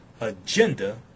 agenda